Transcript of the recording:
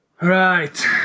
Right